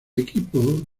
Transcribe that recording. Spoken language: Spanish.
equipo